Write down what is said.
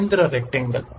केंद्र रक्टैंगल